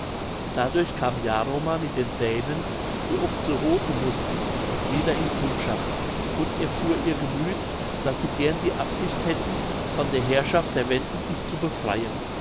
dadurch kam jaromar mit den dänen die oft zu hofe mußten wieder in kundschaft und erfuhr ihr gemüth daß sie gern die absicht hätten von der herrschaft der wenden sich zu befreien